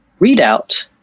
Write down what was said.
readout